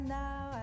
now